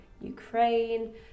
Ukraine